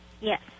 yes